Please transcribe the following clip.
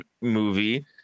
movie